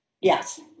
Yes